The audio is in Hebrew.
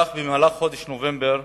כך במהלך חודש נובמבר